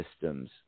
systems